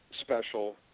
special